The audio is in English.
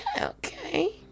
okay